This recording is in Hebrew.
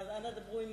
אנא דברו עם,